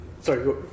Sorry